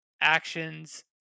actions